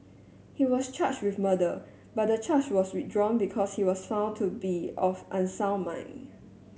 he was charged with murder but the charge was withdrawn because he was found to be of unsound mind